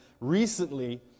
recently